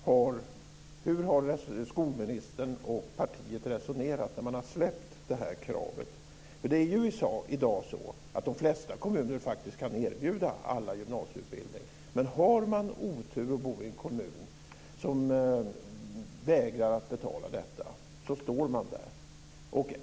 Hur har skolministern och partiet resonerat när man har släppt detta krav? I dag kan de flesta kommuner erbjuda alla gymnasieutbildning. Men har man otur och bor i en kommun som vägrar att betala detta så står man där.